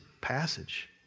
passage